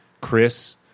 Chris